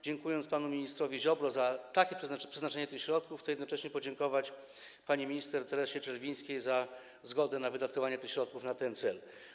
Dziękując panu ministrowi Ziobrze za takie przeznaczenie tych środków, chcę jednocześnie podziękować pani minister Teresie Czerwińskiej za zgodę na wydatkowanie tych środków na ten cel.